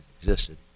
existed